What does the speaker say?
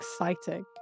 exciting